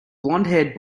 blondhaired